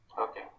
Okay